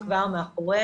זה כבר מאחורינו